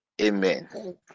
Amen